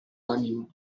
animo